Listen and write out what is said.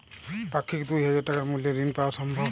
পাক্ষিক দুই হাজার টাকা মূল্যের ঋণ পাওয়া সম্ভব?